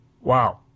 wow